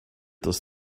this